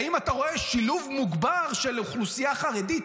האם אתה רואה שילוב מוגבר של אוכלוסייה חרדית,